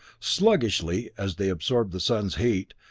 sluggishly, as they absorbed the sun's heat,